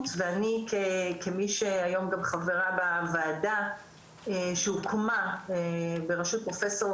ואני כמי שהיום גם חברה בוועדה שהוקמה ברשות פרופ'